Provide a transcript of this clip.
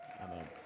Amen